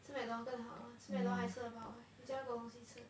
吃 McDonald's 更好吃 McDonald's 还吃得饱 leh 有这样多东西吃